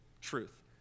truth